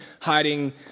hiding